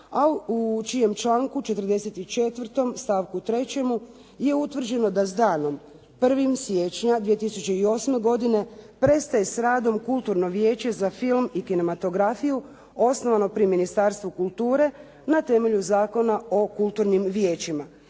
a u čijem članku 44. stavku 3. je utvrđeno da s danom 1. siječnja 2008. godine prestaje s radom Kulturno vijeće za film i kinematografiju osnovano pri Ministarstvu kulture, na temelju Zakona o kulturnim vijećima.